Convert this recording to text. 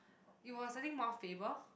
it was I think Mount Faber